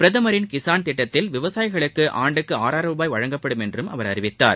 பிரதமரின் கிஷான் திட்டத்தில் விவசாயிகளுக்கு ஆண்டுக்கு ஆறாயிரம் ரூபாய் வழங்கப்படும் என்றும் அவர் அறிவித்தார்